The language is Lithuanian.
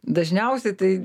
dažniausiai tai